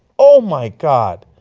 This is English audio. oh my god.